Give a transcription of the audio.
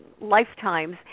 lifetimes